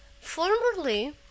Formerly